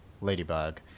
Ladybug